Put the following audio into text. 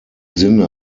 sinne